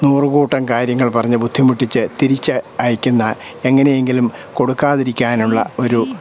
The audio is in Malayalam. നൂറുകൂട്ടംകാര്യങ്ങൾ പറഞ്ഞ് ബുദ്ധിമുട്ടിച്ച് തിരിച്ച് അയക്കുന്ന എങ്ങനെയെങ്കിലും കൊടുക്കാതിരിക്കാനുള്ള ഒരു